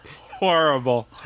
Horrible